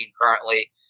currently